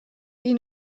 die